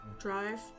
drive